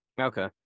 Okay